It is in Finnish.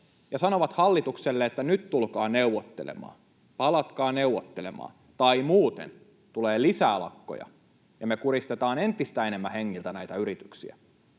ja sanovat hallitukselle, että nyt tulkaa neuvottelemaan, palatkaa neuvottelemaan tai muuten tulee lisää lakkoja ja me kuristetaan entistä enemmän hengiltä näitä yrityksiä.